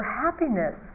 happiness